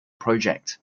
project